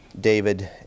David